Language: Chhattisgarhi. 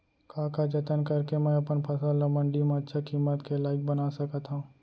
का का जतन करके मैं अपन फसल ला मण्डी मा अच्छा किम्मत के लाइक बना सकत हव?